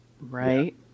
Right